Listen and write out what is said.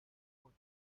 fort